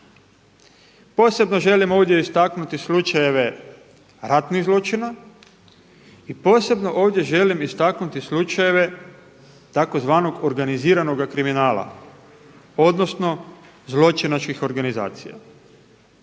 Posebno želim ovdje istaknuti slučajeve ratnih zločina i posebno ovdje želim istaknuti slučajeve tzv. organiziranoga kriminala odnosno zločinačkih organizacija